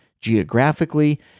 geographically